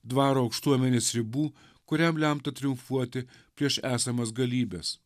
dvaro aukštuomenės ribų kuriam lemta triumfuoti prieš esamas galybes